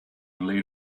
lead